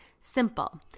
simple